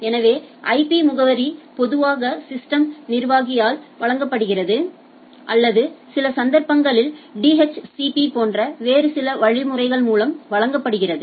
எனவே இந்த ஐபி முகவரி பொதுவாக சிஸ்டம்ஸ் நிர்வாகியால் வழங்கப்படுகிறது அல்லது சில சந்தர்ப்பங்களில் டிஹெச்சிபிபோன்ற வேறு சில வழிமுறைகள் மூலம் வழங்கப்படுகிறது